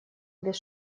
без